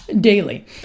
daily